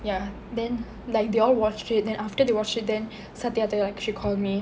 ya then like they all watched it then after they watched it then satya like she called me